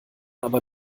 aber